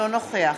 אינו נוכח